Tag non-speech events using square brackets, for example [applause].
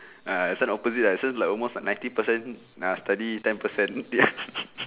uh this one opposite ah this one like almost ninety percent ah study ten percent [noise]